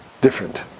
different